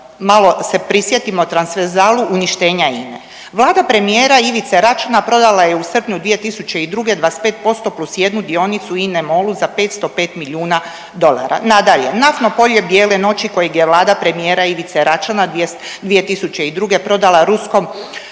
malo se prisjetimo transferzalu uništenja INA-e. Vlada premijera Ivice Račana prodala je u srpnju 2002. 25% plus jednu dionicu INA-e MOL-u za 505 milijuna dolara. Nadalje, naftno polje Bijele noći kojeg je Vlada premijera Ivice Račana 2002. prodala ruskom,